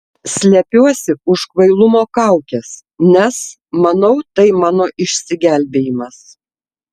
slepiuosi už kvailumo kaukės nes manau tai mano išsigelbėjimas